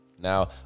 Now